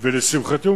לשמחתי,